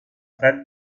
fred